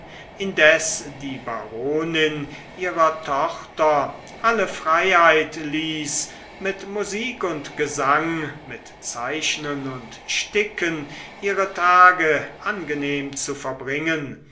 indes die baronin ihrer tochter alle freiheit ließ mit musik und gesang mit zeichnen und sticken ihre tage angenehm zu verbringen